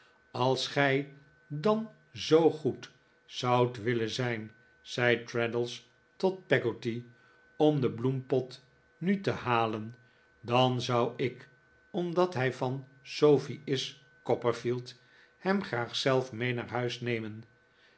als gij dan zoo goed zoudt willen zijn zei traddles tot peggotty om den bloempot nu te halen dan zou ik omdat hij van sofie is copperfield hem graag zelf mee naar huis nemen